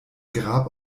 grab